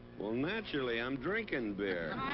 well, naturally, i'm drinking beer.